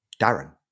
darren